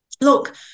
look